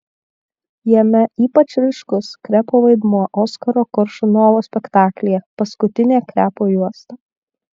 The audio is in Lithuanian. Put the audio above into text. jame ypač ryškus krepo vaidmuo oskaro koršunovo spektaklyje paskutinė krepo juosta